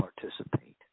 participate